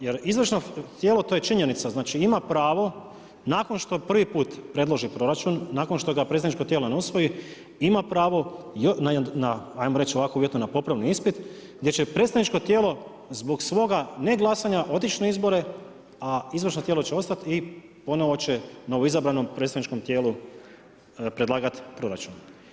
Jer izvršno tijelo, to je činjenica, znači ima pravo nakon što prvi put predloži proračun, nakon što ga predstavničko tijelo ne usvoji, ima pravo na popravni ispit gdje će predstavničko tijelo zbog svoga neglasanja otići na izbore a izvršno tijelo će ostati i ponovno će novoizabranom predstavničkom tijelu predlagati proračun.